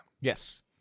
Yes